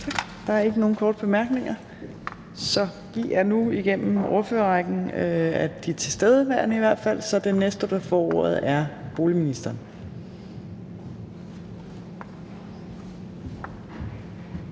Der er ikke nogen korte bemærkninger. Vi er nu igennem ordførerrækken, i hvert fald de tilstedeværende ordførere, så den næste, der får ordet, er boligministeren.